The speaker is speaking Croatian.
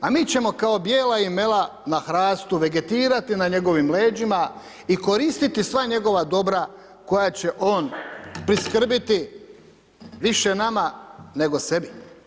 A mi ćemo kao bijela imela na hrastu vegetirati na njegovim leđima, i koristiti sva njegova dobra koja će on priskrbiti, više nama nego sebi.